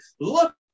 Look